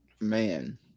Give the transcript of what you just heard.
man